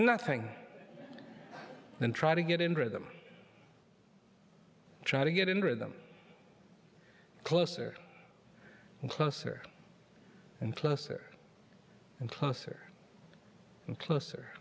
nothing and try to get in rhythm try to get in rhythm closer and closer and closer and closer and closer